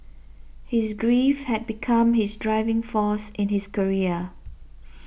his grief had become his driving force in his career